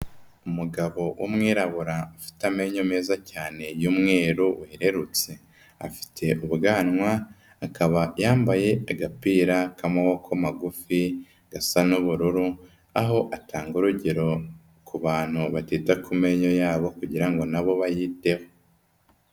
Umugabo w'umwirabura ufite amenyo meza cyane y'umweru werurutse, afite ubwanwa akaba yambaye agapira k'amaboko magufi gasa n'ubururu, aho atanga urugero ku bantu batita ku menyo yabo kugira ngo nabo bayiteho.